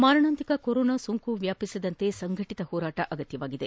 ಮಾರಣಾಂತಿಕ ಕೊರೋನಾ ಸೋಂಕು ವ್ಯಾಪಿಸದಂತೆ ಸಂಘಟಿತ ಹೋರಾಟ ಅಗತ್ತವಾಗಿದೆ